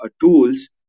tools